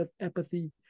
apathy